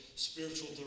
spiritual